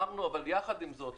אבל יחד עם זאת,